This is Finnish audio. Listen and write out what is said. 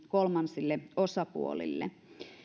kolmansille osapuolille